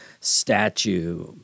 statue